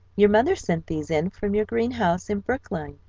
your mother sent these in from your greenhouse in brookline.